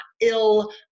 ill